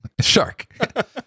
Shark